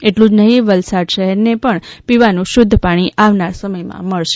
એટલું જ નહીં વલસાડ શહેરને પણ પીવાનું શુદ્ધ પાણી આવનાર સમયમાં મળશે